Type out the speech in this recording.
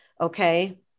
okay